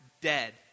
Dead